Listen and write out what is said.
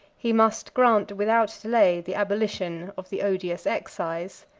he must grant without delay the abolition of the odious excise.